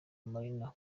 marina